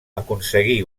aconseguí